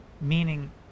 Meaning